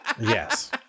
Yes